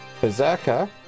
Berserker